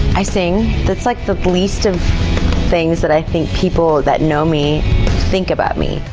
i sing, that's like the least of things that i think people that know me think about me.